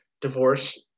divorce